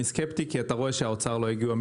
סקפטי כי אתה רואה שמשרד האוצר לא הגיע לכאן,